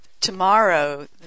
tomorrow